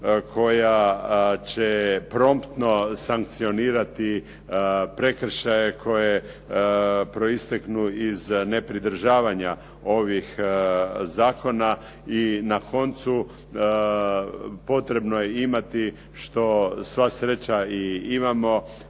koja će promptno sankcionirati prekršaje koje proisteknu iz nepridržavanja ovih zakona i na koncu potrebno je imati, što sva sreća i imamo